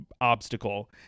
obstacle